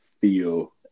feel